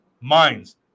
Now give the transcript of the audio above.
Minds